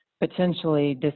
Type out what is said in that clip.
potentially